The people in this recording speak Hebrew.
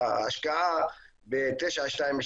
שההשקעה ב-922,